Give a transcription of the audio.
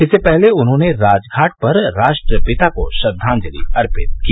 इससे पहले उन्होंने राजघाट पर राष्ट्रपिता को श्रद्वांजलि अर्पित की